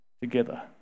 together